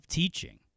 teaching